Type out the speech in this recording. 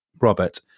Robert